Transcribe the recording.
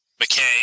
McKay